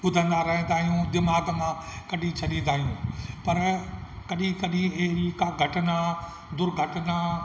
ॿुधंदा रहंदा आहियूं दिमाग़ मां कढी छॾींदा आहियूं पर कॾहिं कॾहिं अहिड़ी आहे घटना दुर्घटना